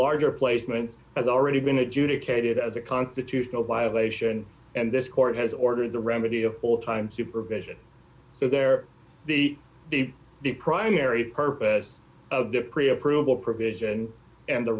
larger placements has already been adjudicated as a constitutional violation and this court has ordered the remedy of full time supervision so they're the the primary purpose of the pre approval provision and the